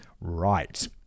Right